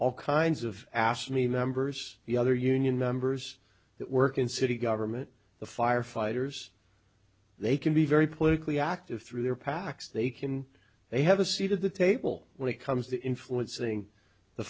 all kinds of ashmead members the other union members that work in city government the firefighters they can be very politically active through their pacs they can they have a seat at the table when it comes to influencing the